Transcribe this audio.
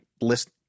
list